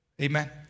Amen